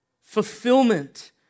fulfillment